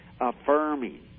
affirming